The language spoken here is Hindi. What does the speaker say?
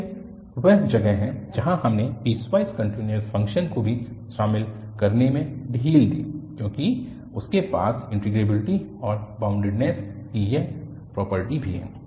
तो यह वह जगह है जहाँ हमने पीसवाइस कन्टिन्यूअस फंक्शन्स को भी शामिल करने में ढील दी क्योंकि उनके पास इन्टीग्रेबलिटी और बाउंडेडनेस की यह प्रॉपर्टी भी है